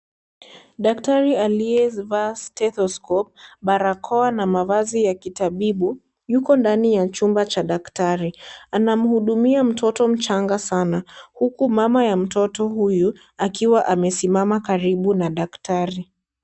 Daktari aliyevaa stethoscope , barakoa, na mavazi ya kitabibu yuko ndani ya chumba cha daktari. Anamhudumia mtoto mchanga sana, huku mama ya mtoto huyu akiwa amesimama karibu na daktari.